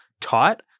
taught